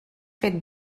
fet